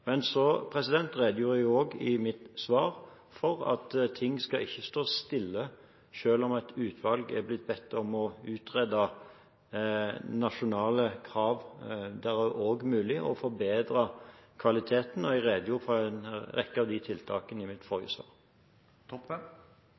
Men så redegjorde jeg også i mitt svar for at ting ikke skal stå stille selv om et utvalg er blitt bedt om å utrede nasjonale krav. Det er også mulig å forbedre kvaliteten, og jeg redegjorde for en rekke av tiltakene i mitt